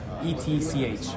E-T-C-H